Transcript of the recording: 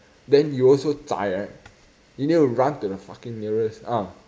then you also zai right you need to run to the fucking nearest ah